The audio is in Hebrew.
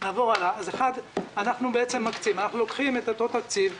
אנחנו מקצים אנחנו לוקחים את אותו תקציב,